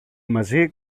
μαζί